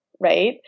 right